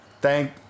Thank